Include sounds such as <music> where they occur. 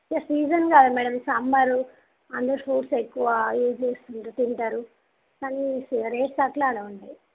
ఇగ సీసన్ కదా madam summer అందరు ఫ్రూట్స్ ఎక్కువ యూజ్ చేస్తుంటారు తింటారు <unintelligible> రేట్స్ వస్తే అట్లా ఉంటాయి